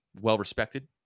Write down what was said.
well-respected